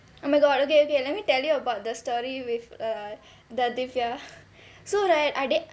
oh my god okay okay let me tell you about the story with err the divia so right I did